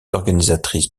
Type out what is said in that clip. organisatrices